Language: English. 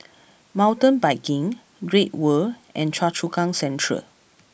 Mountain Biking Great World and Choa Chu Kang Central